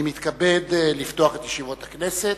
אני מתכבד לפתוח את ישיבות הכנסת.